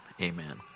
Amen